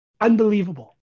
Unbelievable